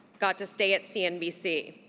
got to stay at cnbc,